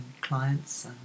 clients